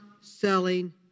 selling